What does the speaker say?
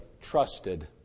trusted